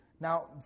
Now